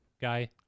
guy